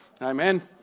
Amen